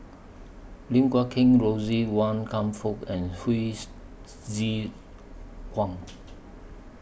Lim Guat Kheng Rosie Wan Kam Fook and Hsu Tse Kwang